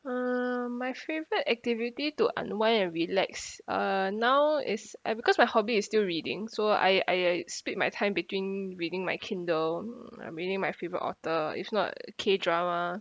uh my favourite activity to unwind and relax uh now is uh because my hobby is still reading so I I I split my time between reading my kindle uh reading my favourite author if not K drama